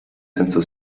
senso